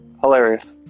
Hilarious